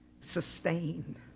sustain